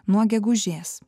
nuo gegužės